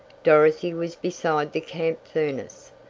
dorothy was beside the camp furnace.